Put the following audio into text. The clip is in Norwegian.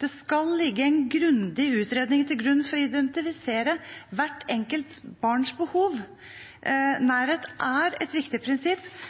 Det skal ligge en grundig utredning til grunn for å identifisere hvert enkelt barns behov. Nærhet er et viktig prinsipp.